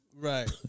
Right